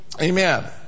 Amen